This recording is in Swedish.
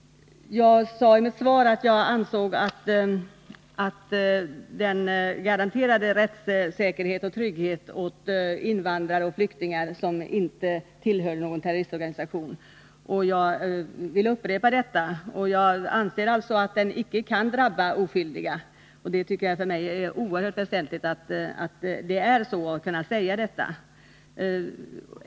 Jag sade i mitt svar att jag ansåg att utlänningslagen garanterar rättssäkerhet och trygghet för invandrare och flyktingar som inte tillhör någon terroristorganisation, och jag vill upprepa det. Jag anser alltså att lagen icke kan drabba oskyldiga. Det är för mig oerhört väsentligt att kunna säga detta.